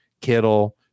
Kittle